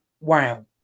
wow